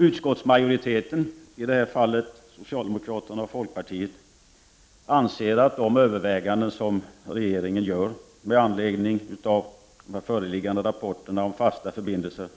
Utskottsmajoriteten, i det här fallet socialdemokraterna och folkpartiet, anser att i de överväganden som regeringen gör med anledning av det föreliggande rapporterna om fasta förbindelser